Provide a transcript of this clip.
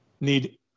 need